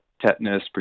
tetanus